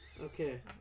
Okay